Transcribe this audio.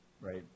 right